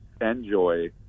Enjoy